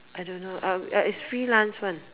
I don't know err it's freelance one